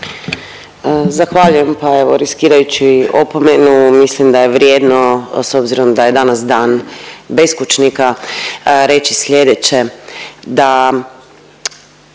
Zahvaljujem. Pa evo riskirajući opomenu mislim da je vrijedno s obzirom da je danas Dan beskućnika reći slijedeće da